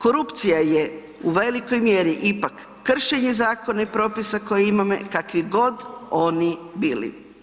Korupcija je u velikoj mjeri ipak kršenje zakona i propisa koje imamo kakvi god oni bili.